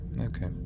Okay